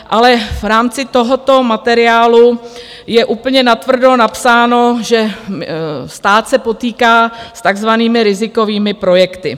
Ale v rámci tohoto materiálu je úplně natvrdo napsáno, že stát se potýká s takzvanými rizikovými projekty.